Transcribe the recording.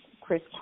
Chris